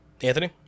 Anthony